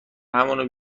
همونو